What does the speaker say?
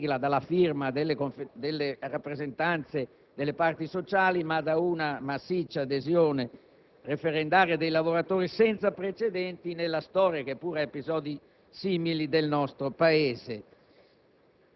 solo dalla sigla delle rappresentanze delle parti sociali, ma anche da una massiccia adesione referendaria dei lavoratori senza precedenti nella storia, che pure ha episodi simili nel nostro Paese.